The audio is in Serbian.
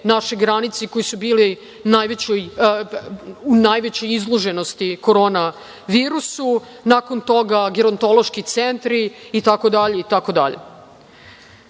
naše granice i koji su bili u najvećoj izloženosti koronavirusu, nakon toga gerontološki centri itd. Tada